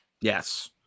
Yes